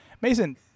Mason